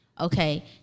Okay